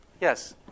yes